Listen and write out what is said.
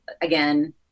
Again